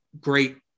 great